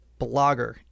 blogger